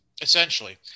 Essentially